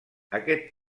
aquest